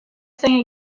thing